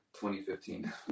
2015